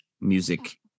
music